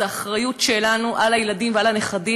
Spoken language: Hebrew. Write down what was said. זה אחריות שלנו לילדים ולנכדים